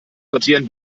sortieren